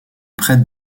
prête